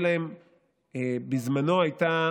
בזמנו הייתה